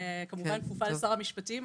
כמובן שאני כפופה לשר המשפטים,